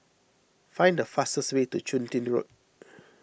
find the fastest way to Chun Tin Road